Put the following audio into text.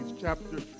chapter